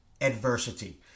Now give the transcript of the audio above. adversity